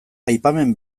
aipamen